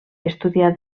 estudià